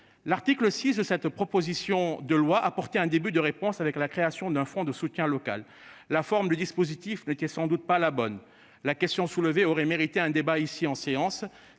L'article 6 de cette proposition de loi apporter un début de réponse avec la création d'un fonds de soutien local la forme du dispositif mais qui est sans doute pas la bonne. La question soulevée aurait mérité un débat ici en séance.